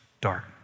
dark